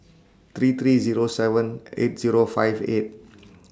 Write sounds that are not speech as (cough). three three Zero seven eight Zero five eight (noise)